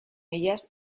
ellas